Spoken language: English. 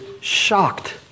shocked